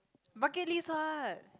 bucket list what